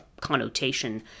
connotation